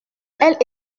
elle